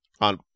on